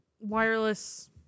Wireless